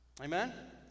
Amen